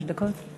יש לך חמש דקות.